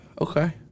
Okay